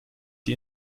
die